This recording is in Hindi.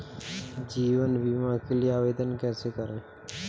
जीवन बीमा के लिए आवेदन कैसे करें?